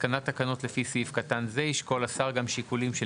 בהתקנת תקנות לפי סעיף קטן זה ישקול השר גם שיקולים של